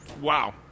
Wow